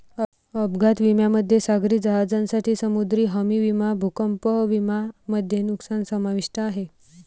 अपघात विम्यामध्ये सागरी जहाजांसाठी समुद्री हमी विमा भूकंप विमा मध्ये नुकसान समाविष्ट आहे